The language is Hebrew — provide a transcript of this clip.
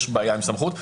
יש בעיה עם סמכות.